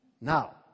Now